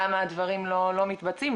למה הדברים לא מתבצעים?